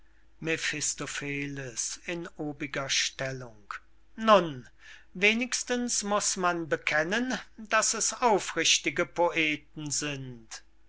mephistopheles in obiger stellung nun wenigstens muß man bekennen daß es aufrichtige poeten sind